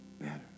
better